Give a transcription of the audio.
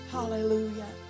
Hallelujah